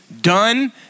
done